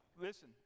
Listen